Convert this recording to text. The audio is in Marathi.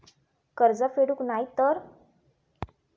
कर्ज फेडूक नाय तर?